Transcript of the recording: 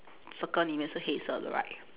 circle 里面是黑色的 right